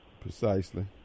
Precisely